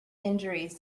injuries